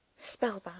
spellbound